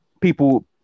people